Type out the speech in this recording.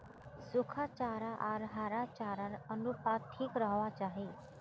सुखा चारा आर हरा चारार अनुपात ठीक रोह्वा चाहि